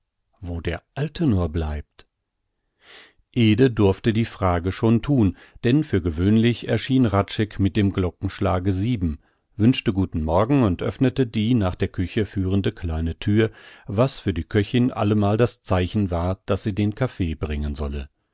wo der alte nur bleibt ede durfte die frage schon thun denn für gewöhnlich erschien hradscheck mit dem glockenschlage sieben wünschte guten morgen und öffnete die nach der küche führende kleine thür was für die köchin allemal das zeichen war daß sie den kaffee bringen solle